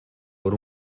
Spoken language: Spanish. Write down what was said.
por